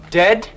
dead